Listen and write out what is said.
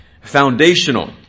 foundational